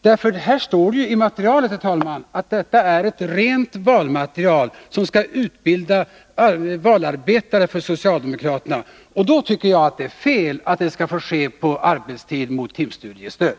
Det står ju i materialet, herr talman, att det är ett rent valmaterial, som skall utbilda valarbetare för socialdemokraterna. Jag tycker att det är fel att de studierna skall få ske på arbetstid mot timstudiestöd.